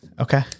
Okay